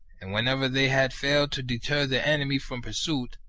and whenever they had failed to deter the enemy from pursuit,